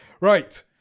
Right